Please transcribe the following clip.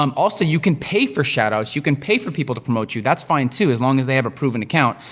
um also, you can pay for shout outs, you can pay for people to promote you, that's fine too, as long as they have a proven account.